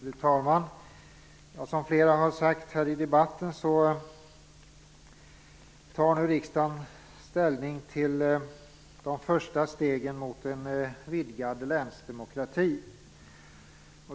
Fru talman! Som flera talare har sagt i debatten tar nu riksdagen ställning till de första stegen mot en vidgad länsdemokrati.